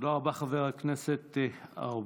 תודה רבה, חבר הכנסת ארבל.